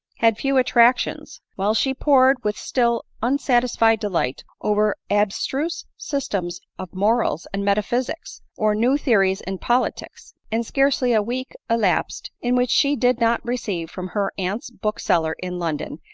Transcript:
had few attractions, while she pored with still unsatisfied delight over abstruse systems of mor als and metaphysics, or new theories in politics and scarcely a week elapsed in which she did not receive, from her aunt's bookseller in london,